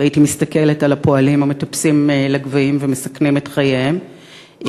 והייתי מסתכלת על הפועלים המטפסים לגבהים ומסכנים את חייהם,